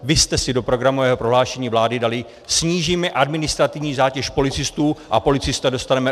Vy jste si do programového prohlášení vlády dali: Snížíme administrativní zátěž policistů a policisty dostaneme do ulic.